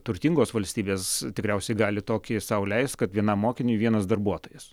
turtingos valstybės tikriausiai gali tokį sau leist kad vienam mokiniui vienas darbuotojas